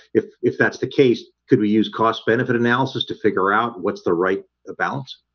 if if that's the case could we use cost benefit analysis to figure out what's the right ah balance?